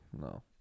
no